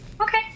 Okay